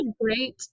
great